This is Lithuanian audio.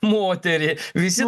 moterį visi